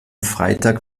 freitag